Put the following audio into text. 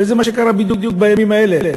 וזה מה שקרה בדיוק בימים האלה,